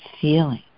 feeling